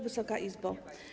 Wysoka Izbo!